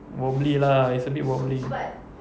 wobbly lah it's a bit wobbly